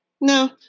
No